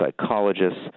psychologists